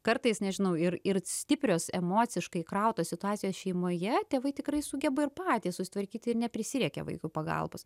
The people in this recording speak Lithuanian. kartais nežinau ir ir stiprios emociškai įkrautos situacijos šeimoje tėvai tikrai sugeba ir patys susitvarkyti ir neprisireikia vaikui pagalbos